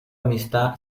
amistad